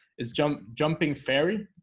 it's jump jumping fairy